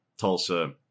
Tulsa